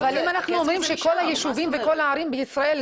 אבל אם אנחנו אומרים שכל היישובים וכל הערים בישראל,